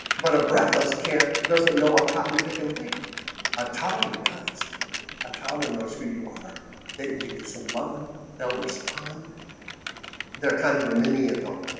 but a breathless kant doesn't know a cotton-pickin thing a toddler does a toddler knows who you are they can give you some lovin they'll respond they're kind of a mini of them